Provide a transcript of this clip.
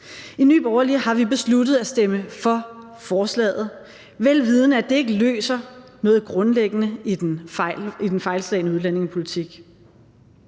I Nye Borgerlige har vi besluttet at stemme for forslaget, vel vidende at det ikke løser noget grundlæggende i den fejlslagne udlændingepolitik.